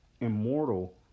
immortal